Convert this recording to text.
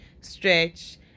stretch